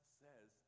says